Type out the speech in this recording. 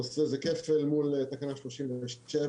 הנושא זה כפל מול תקנה 37,